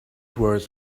was